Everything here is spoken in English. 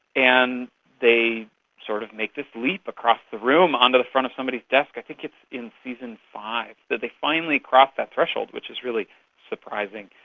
and they sort of make this leap across the room onto the front of somebody's desk. i think it's in season five that they finally crossed that threshold, which is really surprising.